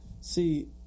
See